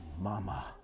Mama